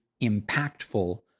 impactful